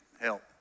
help